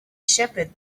shepherd